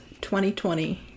2020